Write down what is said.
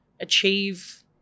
achieve